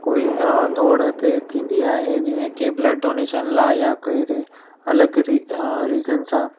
कोई दौड़ हिते थींदी आहे जीअं कि ब्लड डोनेशन लाइ या कहिड़े अलॻि रीजन सां